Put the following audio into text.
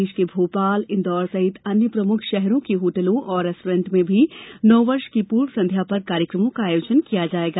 प्रदेश के भोपाल इंदौर सहित अन्य प्रमुख शहरों के होटलों और रेस्टोरेंट में भी नववर्ष की पूर्व संध्या पर कार्यक्रमों का आयोजन किया जायेगा